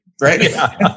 right